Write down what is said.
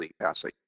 passing